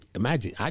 imagine